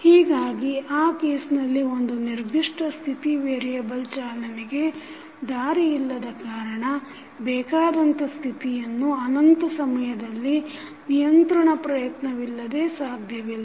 ಹೀಗಾಗಿ ಆ ಕೇಸ್ನಲ್ಲಿ ಒಂದು ನಿರ್ಧಿಷ್ಟ ಸ್ಥಿತಿ ವೇರಿಯೆಬಲ್ ಚಾಲನೆಗೆ ದಾರಿ ಇಲ್ಲದ ಕಾರಣ ಬೇಕಾದಂತಹ ಸ್ಥಿತಿಯನ್ನು ಅನಂತ ಸಮಯದಲ್ಲಿ ನಿಯಂತ್ರಣದ ಪ್ರಯತ್ನವಿಲ್ಲದೆ ಸಾಧ್ಯವಿಲ್ಲ